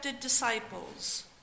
disciples